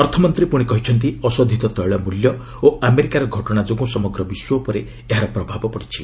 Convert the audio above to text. ଅର୍ଥମନ୍ତ୍ରୀ ପୁଣି କହିଛନ୍ତି ଅଶୋଧିତ ତୈଳ ମୂଲ୍ୟ ଓ ଆମେରିକାର ଘଟଣା ଯୋଗୁଁ ସମଗ୍ର ବିଶ୍ୱ ଉପରେ ଏହାର ପ୍ରଭାବ ପଡ଼ିଛି